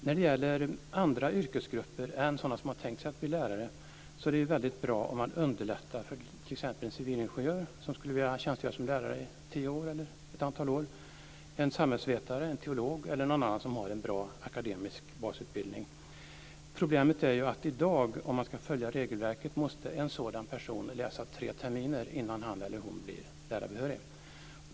När det gäller andra yrkesgrupper än sådana som har tänkt sig att bli lärare är det väldigt bra om man underlättar för t.ex. en civilingenjör som skulle vilja tjänstgöra som lärare i tio år eller ett antal år eller en samhällsvetare, en teolog eller någon annan som har en bra akademisk basutbildning. Problemet i dag är, om man ska följa regelverket, att en sådan person måste läsa tre terminer innan han eller hon blir lärarbehörig.